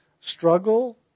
Struggle